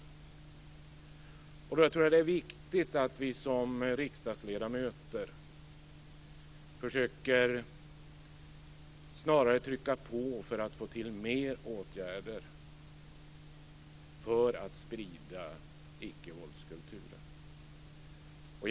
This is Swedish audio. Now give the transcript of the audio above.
Då tror jag att det är viktigt att vi som riksdagsledamöter snarare försöker trycka på för att få till mer åtgärder för att sprida ickevåldskulturen.